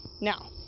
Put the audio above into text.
now